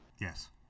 Yes